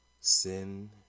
sin